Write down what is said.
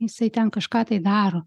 jisai ten kažką tai daro